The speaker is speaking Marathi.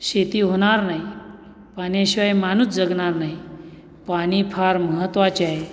शेती होणार नाही पाण्याशिवाय माणूस जगणार नाही पाणी फार महत्त्वाचे आहे